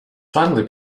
finally